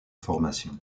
formation